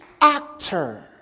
actor